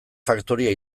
faktoria